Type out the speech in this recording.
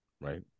Right